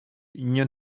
ien